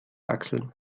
achseln